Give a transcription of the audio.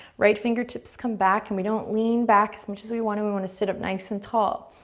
right fingertips come back and we don't lean back as much as we want to. we wanna sit up nice and tall.